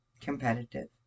Competitive